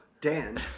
Dan